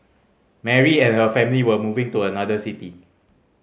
Mary and her family were moving to another city